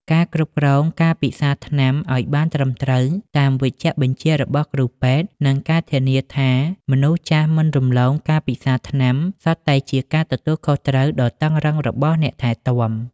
ការគ្រប់គ្រងការពិសាថ្នាំឱ្យបានត្រឹមត្រូវតាមវេជ្ជបញ្ជារបស់គ្រូពេទ្យ និងការធានាថាមនុស្សចាស់មិនរំលងការពិសាថ្នាំ សុទ្ធតែជាការទទួលខុសត្រូវដ៏តឹងរ៉ឹងរបស់អ្នកថែទាំ។